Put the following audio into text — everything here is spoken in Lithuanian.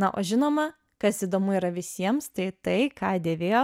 na o žinoma kas įdomu yra visiems tai tai ką dėvėjo